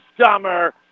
summer